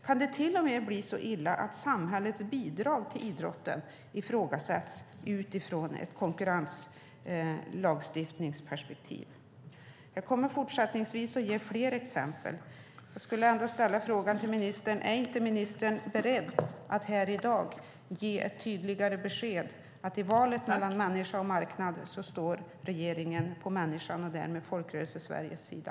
Kan det till och med bli så illa att samhällets bidrag till idrotten ifrågasätts utifrån ett konkurrenslagstiftningsperspektiv? Jag kommer att ge fler exempel i mitt nästa inlägg. Men jag vill ställa följande fråga till ministern: Är ministern beredd att här i dag ge ett tydligare besked om att i valet mellan människa och marknad står regeringen på människans och därmed Folkrörelsesveriges sida?